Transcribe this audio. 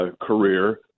career